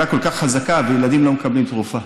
כל כך חזקה וילדים לא מקבלים תרופה.